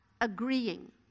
agreeing